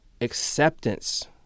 acceptance